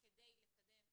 למגזרים השונים,